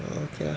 err okay lah